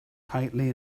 tightly